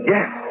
Yes